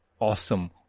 awesome